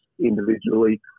individually